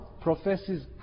professes